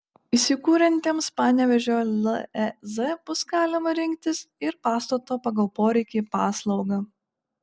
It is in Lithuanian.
įsikuriantiems panevėžio lez bus galima rinktis ir pastato pagal poreikį paslaugą